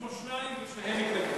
יש פה שניים ושניהם מתנגדים.